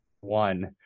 one